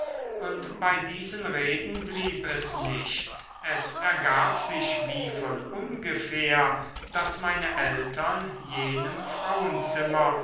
und bei diesen reden blieb es nicht es ergab sich wie von ungefähr daß meine eltern jenem frauenzimmer